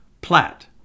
Platt